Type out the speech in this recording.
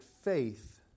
faith